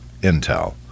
intel